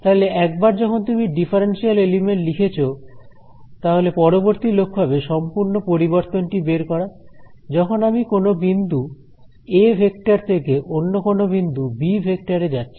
তাহলে একবার যখন তুমি ডিফারেনশিয়াল এলিমেন্ট লিখেছ তাহলে পরবর্তী লক্ষ্য হবে সম্পূর্ণ পরিবর্তন টি বের করা যখন আমি কোন বিন্দু এ ভেক্টর থেকে অন্য কোন বিন্দু বি ভেক্টর এ যাচ্ছি